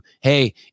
Hey